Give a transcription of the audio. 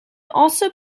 also